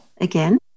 again